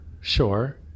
sure